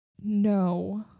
no